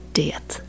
det